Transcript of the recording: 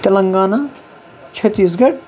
Telangana چھتیٖس گھَڑ